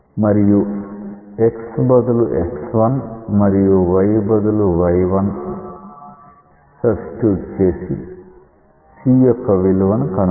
కాబట్టి x బదులు x1 మరియు y బదులు y1 సబ్స్టిట్యూట్ చేసి c యొక్క విలువను కనుక్కోవచ్చు